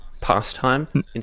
pastime